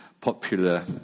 popular